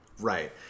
right